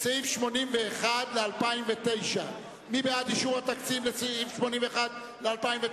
סעיף 81 ל- 2009: מי בעד אישור התקציב לסעיף 81 ל-2009?